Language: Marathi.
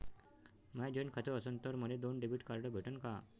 माय जॉईंट खातं असन तर मले दोन डेबिट कार्ड भेटन का?